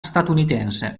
statunitense